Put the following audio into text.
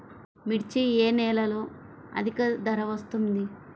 మిర్చి ఏ నెలలో అధిక ధర వస్తుంది?